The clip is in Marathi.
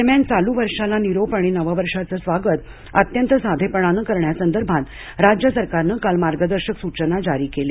दरम्यान चालू वर्षाला निरोप आणि नव वर्षाचं स्वागत अत्यंत साधेपणानं करण्यासंदर्भात राज्य सरकारनं काल मार्गदर्शक सूचना जारी केल्या